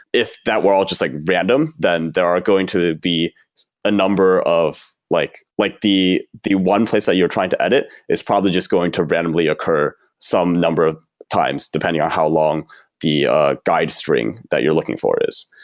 if that were all just like random, then they are going to be a number of like like the the one place that you're trying to edit is probably just going to randomly occur some number of times, depending on how long the guide string that you're looking for is.